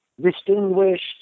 distinguished